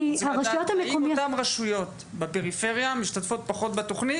האם אותן רשויות בפריפריה משתתפות פחות בתוכנית?